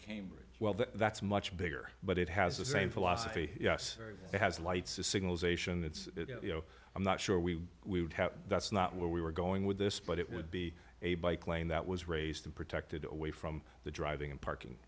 cambridge well that's much bigger but it has the same philosophy yes it has lights a signal zation it's you know i'm not sure we would have that's not where we were going with this but it would be a bike lane that was raised and protected away from the driving and parking